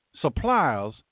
suppliers